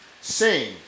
Sing